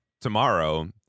tomorrow